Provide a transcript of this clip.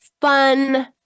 fun